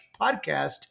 podcast